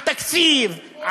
על תקציב,